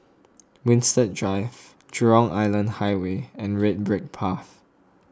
Winstedt Drive Jurong Island Highway and Red Brick Path